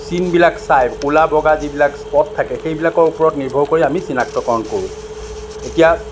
চিনবিলাক চাই ক'লা বগা যিবিলাক স্পট থাকে সেইবিলাকৰ ওপৰত নিৰ্ভৰ কৰি আমি চিনাক্তকৰণ কৰোঁ এতিয়া